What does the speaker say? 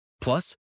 Plus